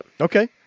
Okay